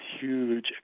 huge